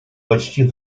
почти